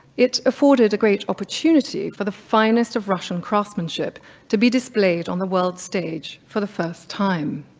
it afforded a great opportunity for the finest of russian craftsmanship to be displayed on the world's stage for the first time.